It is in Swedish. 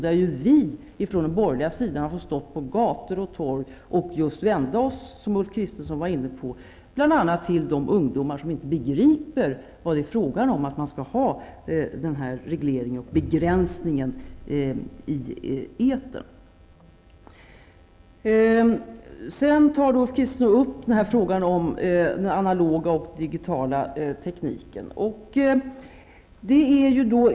Det är vi från den borgerliga sidan som har stått på gator och torg och, som Ulf Kristersson var inne på, vänt oss till bl.a. ungdomar, som inte begriper varför man skall ha dessa begränsningar i etern. Ulf Kristersson tog upp frågan om analog och digital teknik.